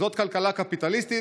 זאת כלכלה קפיטליסטית,